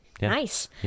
nice